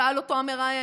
שאל אותו המראיין.